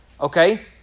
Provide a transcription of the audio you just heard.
Okay